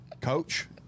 Coach